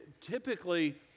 typically